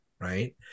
right